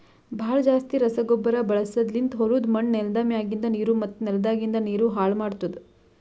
ಭಾಳ್ ಜಾಸ್ತಿ ರಸಗೊಬ್ಬರ ಬಳಸದ್ಲಿಂತ್ ಹೊಲುದ್ ಮಣ್ಣ್, ನೆಲ್ದ ಮ್ಯಾಗಿಂದ್ ನೀರು ಮತ್ತ ನೆಲದಾಗಿಂದ್ ನೀರು ಹಾಳ್ ಮಾಡ್ತುದ್